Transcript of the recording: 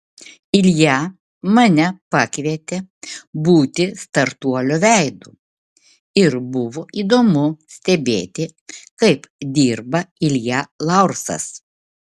ilja mane pakvietė būti startuolio veidu ir buvo įdomu stebėti kaip dirba ilja laursas